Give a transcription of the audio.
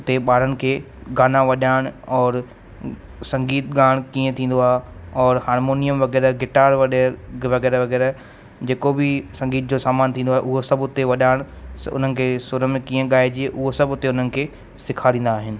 उते ॿारनि खे गाना वजाइण और संगीत गाइणु कीअं थींदो आहे और हार्मोनियम वग़ैरह गिटार वडे वग़ैरह वग़ैरह जेको बि संगीत जो सामान थींदो आहे उहो सभु उते वॾाइण उन्हनि खे सूर में कीअं गाइजे उहो सभु उते उन्हनि खे सेखारींदा आहिनि